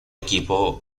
equipo